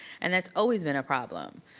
and that's always been a problem.